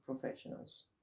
professionals